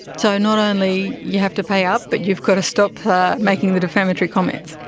so not only you have to pay up, but you've got to stop but making the defamatory comments.